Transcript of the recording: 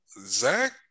Zach